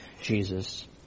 Jesus